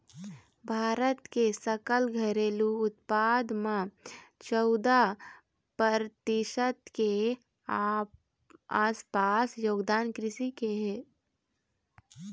भारत के सकल घरेलू उत्पाद म चउदा परतिसत के आसपास योगदान कृषि के हे